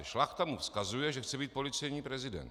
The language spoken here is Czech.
Šlachta mu vzkazuje, že chce být policejní prezident.